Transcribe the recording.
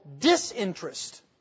disinterest